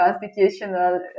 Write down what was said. constitutional